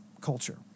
culture